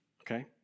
okay